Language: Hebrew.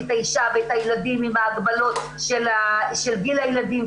את האישה והילדים עם ההגבלות של גיל הילדים,